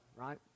right